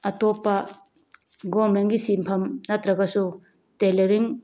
ꯑꯇꯣꯞꯄ ꯒꯣꯔꯃꯦꯟꯒꯤ ꯁꯤꯟꯐꯝ ꯅꯠꯇ꯭ꯔꯒꯁꯨ ꯇꯦꯂꯔꯤꯡ